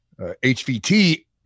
HVT